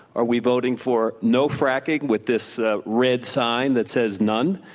are we voting for no fracking, with this red sign that says none?